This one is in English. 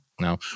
Now